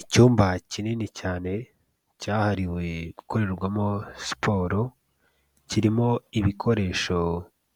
Icyumba kinini cyane cyahariwe gukorerwamo siporo, kirimo ibikoresho